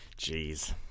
Jeez